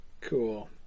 Cool